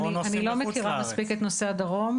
אני לא מכירה מספיק את נושא הדרום.